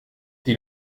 die